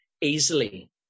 easily